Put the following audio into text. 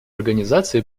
организации